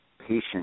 patient